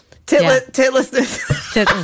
Titlessness